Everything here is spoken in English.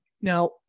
Now